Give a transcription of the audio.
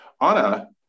Anna